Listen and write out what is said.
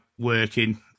Working